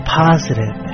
positive